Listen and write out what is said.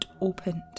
opened